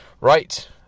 Right